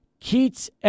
Keats